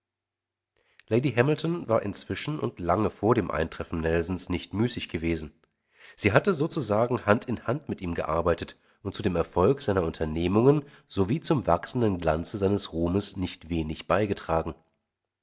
lady hamilton war inzwischen und lange vor dem eintreffen nelsons nicht müßig gewesen sie hatte sozusagen hand in hand mit ihm gearbeitet und zu dem erfolg seiner unternehmungen so wie zum wachsenden glanze seines ruhms nicht wenig beigetragen